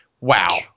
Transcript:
Wow